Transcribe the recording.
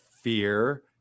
fear